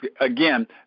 again